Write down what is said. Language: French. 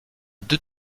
deux